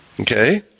Okay